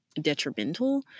detrimental